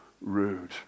rude